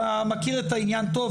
אתה מכיר את העניין טוב,